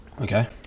Okay